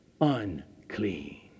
unclean